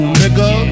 nigga